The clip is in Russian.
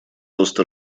роста